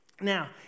Now